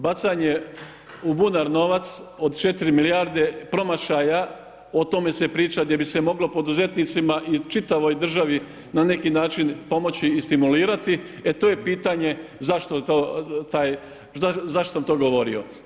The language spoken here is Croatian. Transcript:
Bacanje u bunar novac od 4 milijarde promašaja, o tome se priča gdje bi se moglo poduzetnicima i čitavoj državi na neki način pomoći i stimulirati, e to je pitanje zašto sam to govorio.